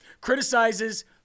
criticizes